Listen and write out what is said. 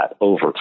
over